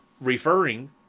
referring